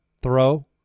throw